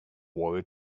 war